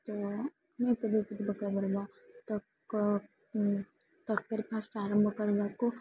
ତ ପଡ଼ିବ ତ ତର୍କାରୀ ଫାର୍ଷ୍ଟ୍ ଆରମ୍ଭ୍ କରିବାକୁ